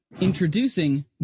Introducing